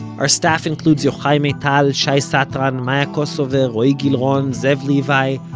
our staff includes yochai maital, shai satran, maya kosover, roee gilron, zev levi,